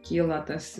kyla tas